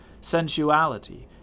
sensuality